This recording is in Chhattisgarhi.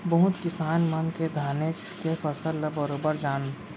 बहुते किसान मन के धानेच के फसल ल बरोबर जान